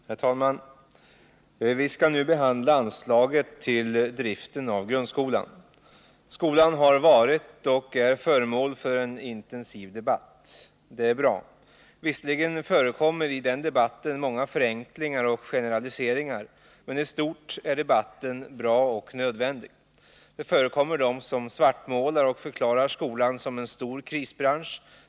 Herr talman! Vi skall nu behandla anslaget till driften av grundskolan. Skolan har varit och är föremål för en intensiv debatt, och det är bra. Visserligen förekommer det i den debatten många förenklingar och generaliseringar, men i stort sett är debatten riktig och nödvändig. Somliga svartmålar och säger att skolan är en stor krisbransch.